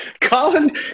Colin